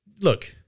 Look